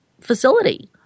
facility